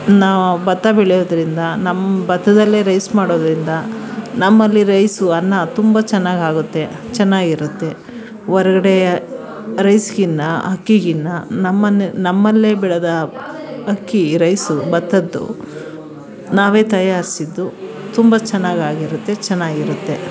ನಾವು ಭತ್ತ ಬೆಳೆಯೋದ್ರಿಂದ ನಮ್ಮ ಭತ್ತದಲ್ಲೇ ರೈಸ್ ಮಾಡೋದ್ರಿಂದ ನಮ್ಮಲ್ಲಿ ರೈಸು ಅನ್ನ ತುಂಬ ಚೆನ್ನಾಗಾಗುತ್ತೆ ಚೆನ್ನಾಗಿರುತ್ತೆ ಹೊರಗಡೆ ರೈಸ್ಗಿಂತ ಅಕ್ಕಿಗಿಂತ ನಮ್ಮನ್ನೇ ನಮ್ಮಲ್ಲೇ ಬೆಳೆದ ಅಕ್ಕಿ ರೈಸು ಭತ್ತದ್ದು ನಾವೇ ತಯಾರಿಸಿದ್ದು ತುಂಬ ಚೆನ್ನಾಗಾಗಿರುತ್ತೆ ಚೆನ್ನಾಗಿರುತ್ತೆ